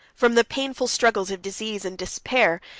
from the painful struggles of disease and despair,